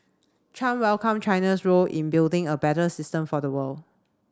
Chan welcomed China's role in building a better system for the world